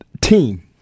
team